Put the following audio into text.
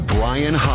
Brian